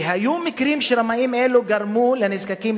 והיו מקרים שרמאים אלו גרמו לנזקקים